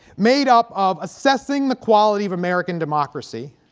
made up of assessing the quality of american democracy